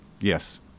Yes